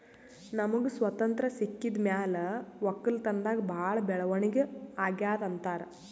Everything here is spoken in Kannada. ನಮ್ಗ್ ಸ್ವತಂತ್ರ್ ಸಿಕ್ಕಿದ್ ಮ್ಯಾಲ್ ವಕ್ಕಲತನ್ದಾಗ್ ಭಾಳ್ ಬೆಳವಣಿಗ್ ಅಗ್ಯಾದ್ ಅಂತಾರ್